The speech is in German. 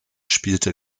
spielte